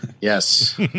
Yes